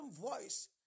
voice